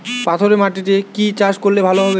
পাথরে মাটিতে কি চাষ করলে ভালো হবে?